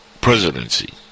presidency